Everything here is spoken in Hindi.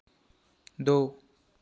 दो